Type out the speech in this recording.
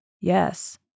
Yes